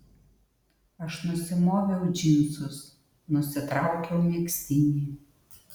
aš nusimoviau džinsus nusitraukiau megztinį